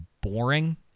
boring